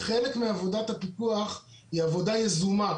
חלק מעבודת הפיקוח היא עבודה יזומה,